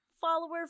follower